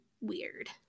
weird